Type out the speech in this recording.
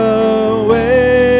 away